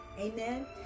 Amen